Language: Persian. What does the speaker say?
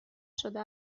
شده